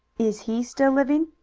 is he still living?